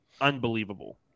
unbelievable